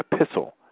epistle